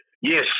Yes